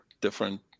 different